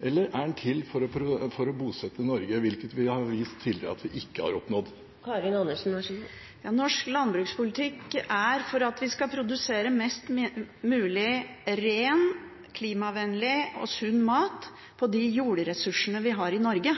eller er den til for å bosette Norge, hvilket vi har vist tidligere at vi ikke har oppnådd? Norsk landbrukspolitikk er til for at vi skal produsere mest mulig ren, klimavennlig og sunn mat på de jordressursene vi har i Norge.